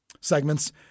segments